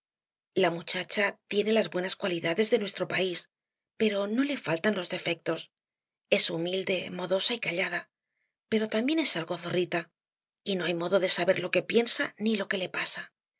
la muchacha tiene las buenas cualidades de nuestro país pero no le faltan los defectos es humilde modosa y callada pero también es algo zorrita y no hay modo de saber lo que piensa ni lo que le pasa